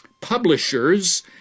publishers